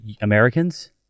Americans